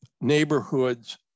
neighborhoods